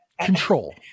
Control